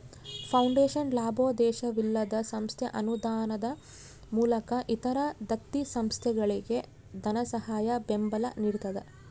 foundation ಲಾಭೋದ್ದೇಶವಿಲ್ಲದ ಸಂಸ್ಥೆ ಅನುದಾನದ ಮೂಲಕ ಇತರ ದತ್ತಿ ಸಂಸ್ಥೆಗಳಿಗೆ ಧನಸಹಾಯ ಬೆಂಬಲ ನಿಡ್ತದ